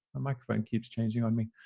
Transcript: the microphone keeps changing on me.